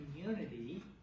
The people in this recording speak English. community